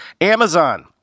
Amazon